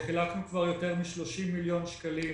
חילקנו כבר יותר מ-30 מיליון שקלים